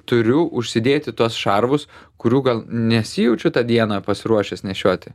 turiu užsidėti tuos šarvus kurių gal nesijaučiu tą dieną pasiruošęs nešioti